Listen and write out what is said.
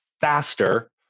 faster